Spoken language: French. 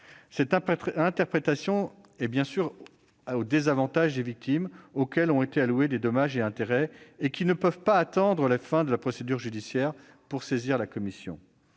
Cette interprétation est, bien sûr, au désavantage des victimes auxquelles ont été alloués des dommages et intérêts, qui ne peuvent pas, dans ces conditions, attendre la fin de la procédure judiciaire pour saisir la commission.